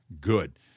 good